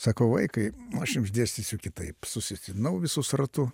sakau vaikai aš jums dėstysiu kitaip susodinau visus ratu